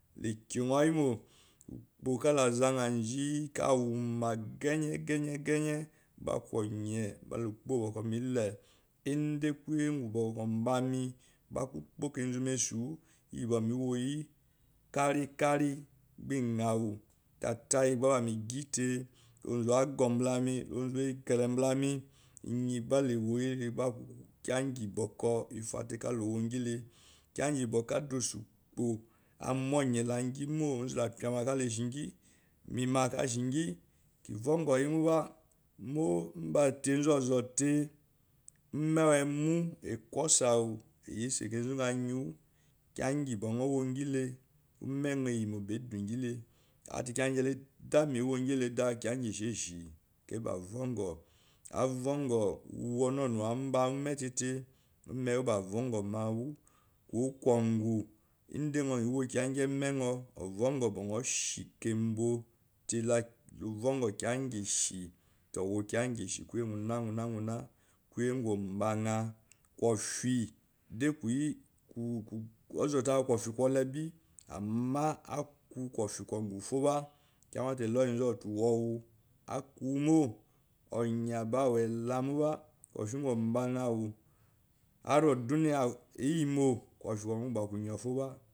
Lakounyo yemo ukpo lazan ya nji ka wuma geye gayen gba aku nye mbale ukpo wu bouko melewu nda iyi boko mewoyi ka kari gba a nyawu tatai gba ba megi tei onzu wa yikile mba la me onzu wa gourmba la me nyi gba lawoyile gba aku kiya ngi bokour ifate kalowo ngile kaiya ngi boko ada osukpo agi tei kala owongi mo mima kashingi kivongou yimo ba mo mbetezu ozotei ume wemú eku oseh awu eyishe kinzo nga wongile ba umenyo azote adame ewo le kishoshe ekei ba vongo uwu onanuwa amban ume tete uke ba umewu awongou mawuteate kowo kungo inda gba nyo wokiya ngi menyo ovangour manyn da wokiya ngishi kuyemu na kofie da ozute aku kofe koe be ama akungu moba uwirwu aku wumo onyan awoɔ elamoba kofie ngo ba ombanya awo kofie kongun akungor foba